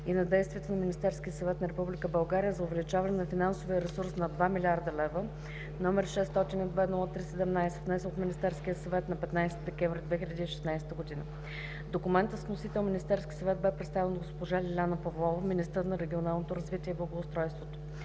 и на действията на Министерския съвет на Република България за увеличаване на финансовия ресурс на 2 млрд. лв., № 602-03-17, внесен от Министерския съвет на 15 декември 2016 г. Документът с вносител Министерски съвет бе представен от госпожа Лиляна Павлова – министър на регионалното развитие и благоустройството.